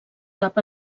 cap